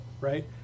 right